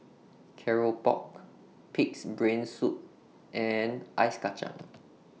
Keropok Pig'S Brain Soup and Ice Kacang